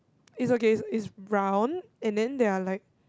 is okay is is round and then there are like